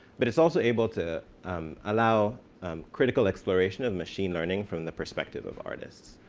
but it's also able to um allow critical exploration of machine learning from the perspective of artists.